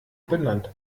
benannt